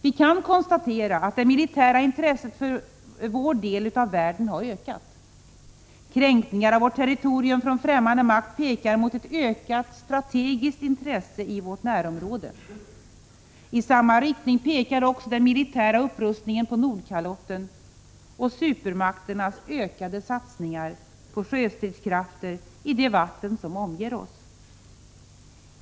Vi kan konstatera att det militära intresset för vår del av världen har ökat. Kränkningar av vårt territorium från fftämmande makt pekar mot ett ökat strategiskt intresse i vårt närområde. I samma riktning pekar också den militära upprustningen på Nordkalotten och supermakternas ökade satsningar på sjöstridskrafter i de vatten som omger oss.